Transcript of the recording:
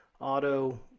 Auto